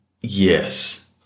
Yes